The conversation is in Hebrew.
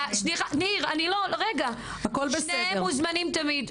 שניהם מוזמנים תמיד.